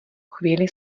chvíli